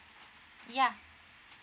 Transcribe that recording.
ya